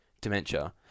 dementia